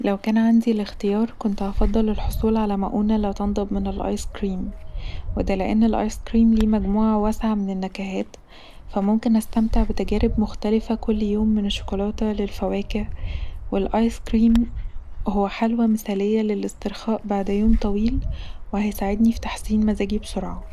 لو كان عندي الاختيار كنت هفضل الحصول علي مؤنه لا تنضب من الأيس كريم وده لأن الأيس ليه مجموعه واسعه من النكهات فممكن استمتع بتجارب مختلفه كل يوم من الشيكولاته للفواكه والأيس كريم هو خلوي مثاليه للاسترخاء بعد يوم طويل وهيساعدني في تحسين مزاجي بسرعه